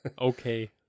okay